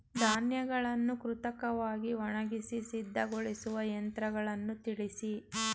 ಧಾನ್ಯಗಳನ್ನು ಕೃತಕವಾಗಿ ಒಣಗಿಸಿ ಸಿದ್ದಗೊಳಿಸುವ ಯಂತ್ರಗಳನ್ನು ತಿಳಿಸಿ?